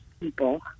people